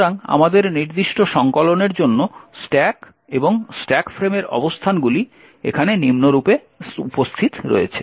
সুতরাং আমাদের নির্দিষ্ট সংকলনের জন্য স্ট্যাক এবং স্ট্যাক ফ্রেমের অবস্থানগুলি এখানে নিম্নরূপে উপস্থিত রয়েছে